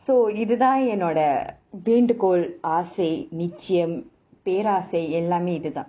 so இதுதான் என்னோட வேண்டுகோள் ஆசை நிச்சியம் பேராசை எல்லாமே இது தான்:ithuthaan ennoda vendukol asai nichchayam peraasai ellamae ithu thaan